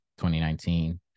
2019